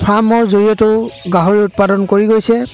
ফাৰ্মৰ জৰিয়তেও গাহৰি উৎপাদন কৰি গৈছে